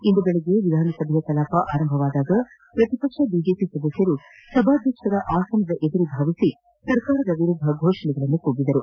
ಇಂದು ಬೆಳಗ್ಗೆ ವಿಧಾನಸಭೆಯ ಕಲಾಪ ಆರಂಭಗೊಂಡಾಗ ಪ್ರತಿ ಪಕ್ಷ ಬಿಜೆಪಿ ಸದಸ್ಯರು ಸಭಾಧ್ಯಕ್ಷರ ಆಸನದ ಎದುರು ಧಾವಿಸಿ ಸರ್ಕಾರದ ವಿರುದ್ದ ಘೋಷಣೆ ಕೂಗಿದರು